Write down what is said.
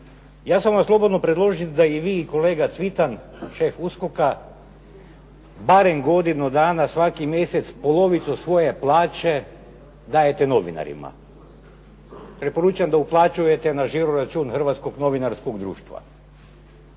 ja sad vam slobodno predložim da i vi i kolega Cvitan, šef USKOK-a, barem godinu dana svaki mjesec polovicu svoje plaće dajete novinarima. Preporučam da uplaćujete na žiroračun Hrvatskog novinarskog društva.